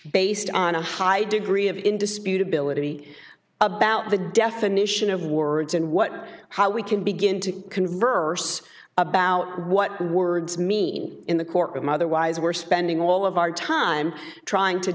based on a high degree of in dispute ability about the definition of words and what how we can begin to converse about what the words mean in the courtroom otherwise we're spending all of our time trying to